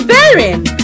Bearing